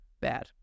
bad